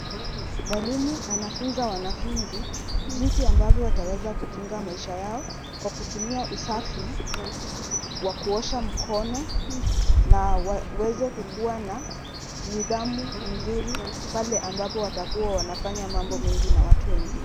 Mwalimi anafunza wanafunzi jinsi ambavyo wataweza kujenga maisha yao kwa kutumia usafi wa kuosha mkono na waweze kukua na nidhamu nzuri pale ambapo watakua wanafanya mambo mengi na watu wengine.